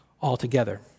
altogether